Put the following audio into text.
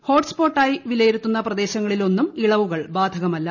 ഹോട്ട്സ്പോട്ടായി വിലയിരുത്തുന്ന പ്രദേശങ്ങളിലൊന്നും ഇളവുകൾ ബാധകമല്ല